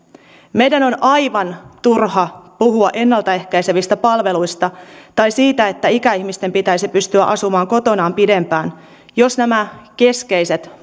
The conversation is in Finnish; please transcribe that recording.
meidän on aivan turha puhua ennaltaehkäisevistä palveluista tai siitä että ikäihmisten pitäisi pystyä asumaan kotonaan pidempään jos nämä keskeiset